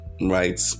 right